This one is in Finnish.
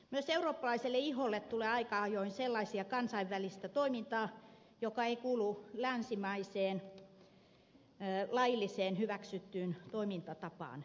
myös eurooppalaiselle iholle tulee aika ajoin sellaista kansainvälistä toimintaa joka ei kuulu länsimaiseen lailliseen hyväksyttyyn toimintatapaan